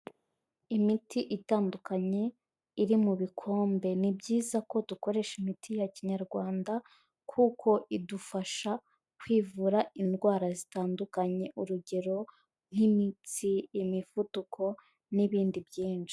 Imiti itandukanye iri mu bikombe ni byiza ko dukoresha imiti ya kinyarwanda kuko idufasha kwivura indwara zitandukanye urugero nk'imitsi, imivuduko n'ibindi byinshi.